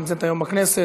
שנמצאת היום בכנסת.